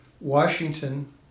Washington